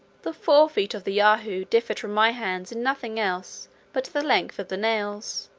the fore-feet of the yahoo differed from my hands in nothing else but the length of the nails,